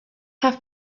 have